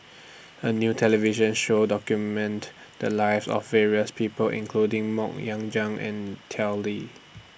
A New television Show documented The Lives of various People including Mok Ying Jang and Tao Li